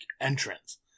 entrance